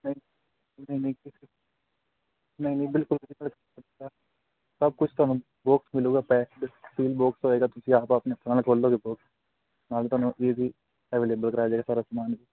ਨਹੀਂ ਨਹੀਂ ਬਿਲਕੁਲ ਸਭ ਕੁਝ ਤੁਹਾਨੂੰ ਦੋ ਮਿਲੂਗਾ ਤੁਸੀਂ ਆਪੀ ਤੁਹਾਨੂੰ ਅਵੇਲੇਬਲ ਕਰਾਇਆ ਜਾ ਫਰਕ